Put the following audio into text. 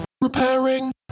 repairing